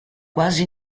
quasi